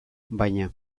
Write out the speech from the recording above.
baina